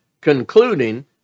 concluding